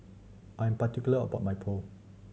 I am particular about my Pho